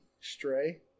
stray